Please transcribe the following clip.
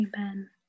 Amen